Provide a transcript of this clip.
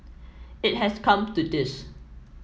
it has come to this